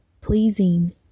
pleasing